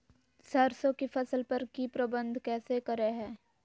सरसों की फसल पर की प्रबंधन कैसे करें हैय?